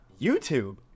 YouTube